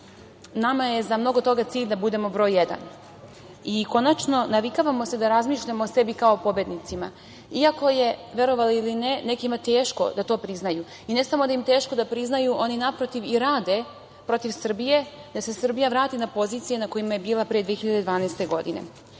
je za mnogo toga cilj da budemo broj jedan. I konačno navikavamo se da razmišljamo o sebi kao o pobednicima, iako je, verovali ili ne, nekima teško da to priznaju. I ne samo da im je teško, oni naprotiv i rade protiv Srbije, da se Srbija vrati na pozicije na kojima je bila pre 2012. godine.